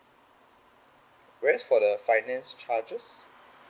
whereas for the finance charges